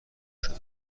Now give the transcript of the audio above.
شده